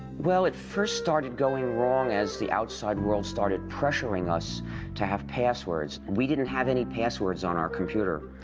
well, it first started going wrong as the outside world started pressuring us to have passwords. we didn't have any passwords on our computer.